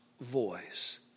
voice